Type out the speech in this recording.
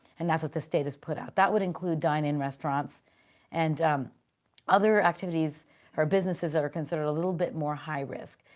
and that's what the state has put out. that would include dine-in restaurants and other activities or businesses that are considered a little bit more high risk.